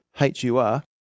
H-U-R